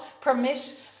permit